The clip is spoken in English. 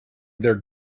their